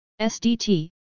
SDT